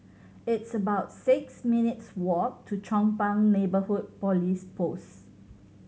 it's about six minutes' walk to Chong Pang Neighbourhood Police Post